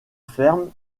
ferme